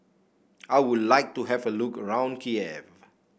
I would like to have a look around Kiev